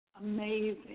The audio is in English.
amazing